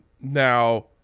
Now